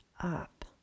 up